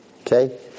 Okay